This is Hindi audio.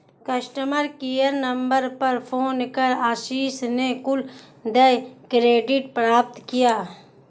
कस्टमर केयर नंबर पर फोन कर आशीष ने कुल देय क्रेडिट प्राप्त किया